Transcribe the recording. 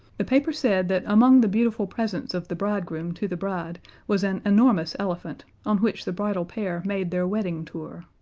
the paper said that among the beautiful presents of the bridegroom to the bride was an enormous elephant, on which the bridal pair made their wedding tour.